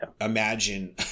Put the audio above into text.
imagine